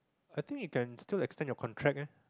I think you can still extend your contract eh